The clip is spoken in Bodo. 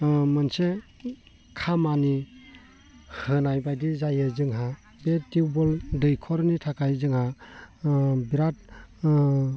मोनसे खामानि होनाय बायदि जायो जोंहा बे टिउबवेल दैखरनि थाखाय जोंहा बिराद